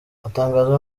atangazwa